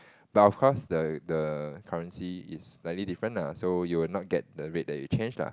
but of course the the currency is slightly different nah so you will not get the rates that you change lah